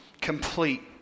Complete